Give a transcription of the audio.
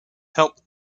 help